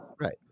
Right